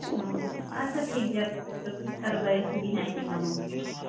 ᱚᱻ ᱟᱪᱪᱷᱟ ᱴᱷᱤᱠᱜᱮᱭᱟ ᱛᱚᱵᱮ ᱪᱚᱵᱵᱷᱤᱥ ᱟᱨ ᱵᱟᱭᱤᱥ ᱜᱮ ᱦᱟᱸᱜ ᱤᱧ ᱮᱢᱟᱢᱟ